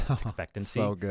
expectancy